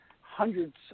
hundreds